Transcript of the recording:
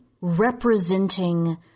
representing